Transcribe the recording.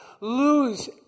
Lose